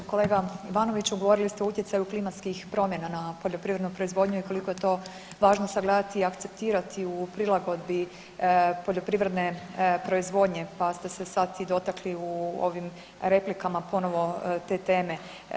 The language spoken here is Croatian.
Kolega Ivanoviću govorili ste o utjecaju klimatskih promjena na poljoprivrednu proizvodnju i koliko je to važno sagledati i akceptirati u prilagodbi poljoprivredne proizvodnje, pa ste se sad i dotakli u ovim replikama ponovo te teme.